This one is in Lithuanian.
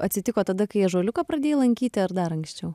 atsitiko tada kai ąžuoliuką pradėjai lankyti ar dar anksčiau